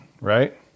right